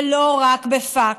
ולא רק בפקס.